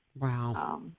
Wow